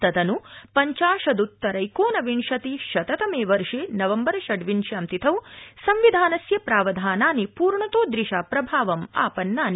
तदन् पंचाशदत्तरैकोनविंशति शत तमे वर्षे नवम्बर षड्डविंश्यां तिथौ संविधानस्य प्रावधानानि पूर्णोतोदृशा प्रभावम् आपन्नानि